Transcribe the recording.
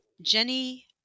Jenny